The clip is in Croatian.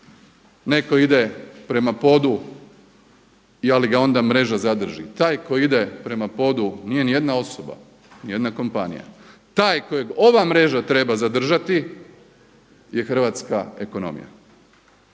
neko ide prema podu ali ga onda mreža zadrži, taj koji ide prema podu nije nijedna osoba, nijedna kompanija, taj kojeg ova mreža treba zadržati je hrvatska ekonomija.